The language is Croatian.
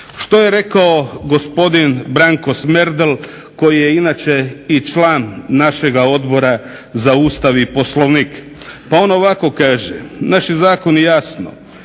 Što je rekao gospodin Branko Smerdel koji je inače i član našega Odbora za Ustav i Poslovnik? Pa on ovako kaže, naši zakoni jasno